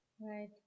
Right